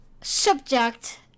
subject